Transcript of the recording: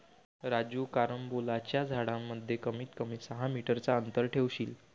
राजू कारंबोलाच्या झाडांमध्ये कमीत कमी सहा मीटर चा अंतर ठेवशील